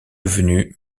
devenu